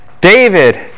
David